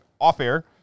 off-air